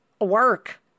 work